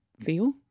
feel